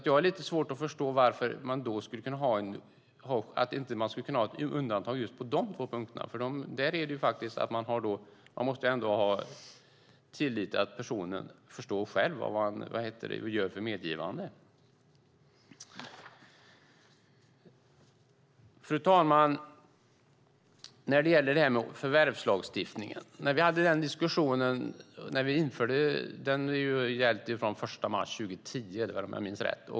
Jag har lite svårt att förstå varför man inte skulle kunna ha undantag just på dessa två punkter. Man måste ändå ha tillit till att personen själv förstår vad han gör för medgivande. Fru talman! Förvärvslagstiftningen upphävdes den 1 mars 2010 om jag minns rätt.